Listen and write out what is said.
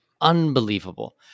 Unbelievable